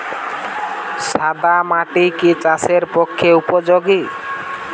সাদা মাটি কি চাষের পক্ষে উপযোগী?